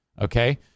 Okay